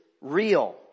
real